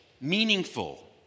meaningful